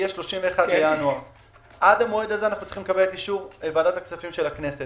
יהיה 31.1. עד מועד זה אנחנו צריכים לקבל אישור ועדת הכספים של הכנסת.